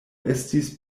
estis